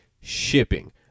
shipping